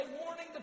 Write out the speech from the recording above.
warning